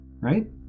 right